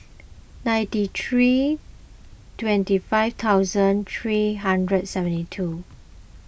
ninety three twenty five thousand three hundred seventy two